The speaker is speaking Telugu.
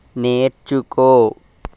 నేర్చుకో